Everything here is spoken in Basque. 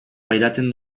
pairatzen